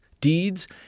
Deeds